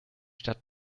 stadt